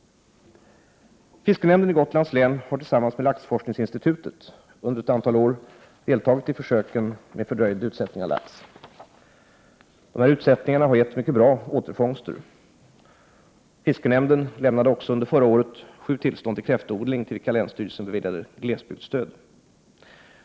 Fiskenämnden i Gotlands län har tillsammans med laxforskningsinstitutet under ett antal år deltagit i försöken med fördröjd utsättning av lax. Dessa utsätttningar har gett mycket bra återfångster. Vidare lämnade fiskenämnden under förra året sju tillstånd till kräftodling till vilka länsstyrelsen beviljade glesbygdsstöd.